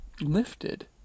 lifted